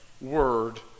word